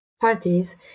parties